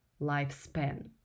lifespan